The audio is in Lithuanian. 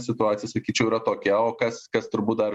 situacija sakyčiau yra tokia o kas kas turbūt dar